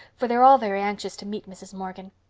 for they're all very anxious to meet mrs. morgan.